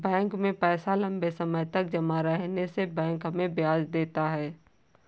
bank में पैसा लम्बे समय तक जमा रहने से बैंक हमें ब्याज देता है